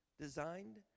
designed